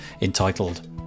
entitled